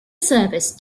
service